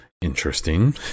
interesting